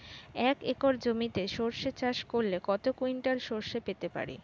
এক একর জমিতে সর্ষে চাষ করলে কত কুইন্টাল সরষে পেতে পারি?